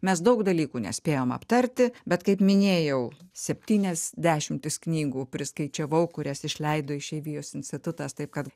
mes daug dalykų nespėjom aptarti bet kaip minėjau septynias dešimtis knygų priskaičiavau kurias išleido išeivijos institutas taip kad